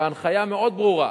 ההנחיה מאוד ברורה: